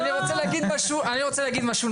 אני רוצה להגיד משהו נוסף.